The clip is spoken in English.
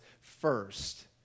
first